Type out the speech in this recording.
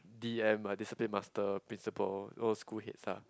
D_M a discipline master principal it was school heads ah